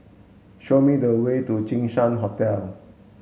show me the way to Jinshan Hotel